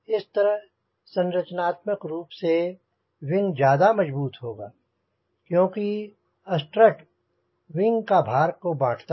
इस तरह संरचनात्मक रूप से विंग ज्यादा मजबूत होता है क्योंकि स्ट्रट विंग के भार को बाँटता है